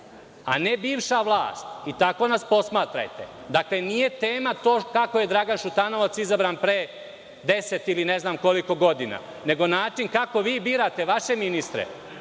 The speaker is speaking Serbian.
a ne bivša vlast i tako nas posmatrajte. Dakle, nije tema to kako je Dragan Šutanovac izabran pre deset ili ne znam koliko godina, nego način kako vi birate vaše ministre,